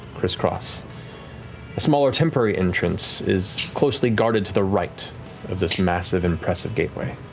criss-cross. a smaller temporary entrance is closely guarded to the right of this massive, impressive gateway.